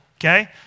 okay